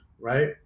right